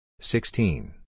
Sixteen